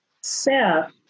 Seth